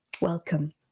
welcome